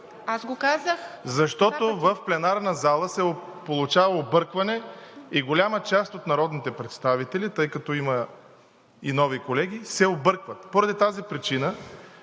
…защото в пленарната зала се получава объркване и голяма част от народните представители, тъй като има и нови колеги, се объркват. Поради тази причина